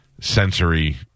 sensory